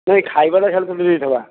ନାଇଁ ଖାଇବାଟା ଖାଲି ତୁଟେଇ ଦେଇଥିବା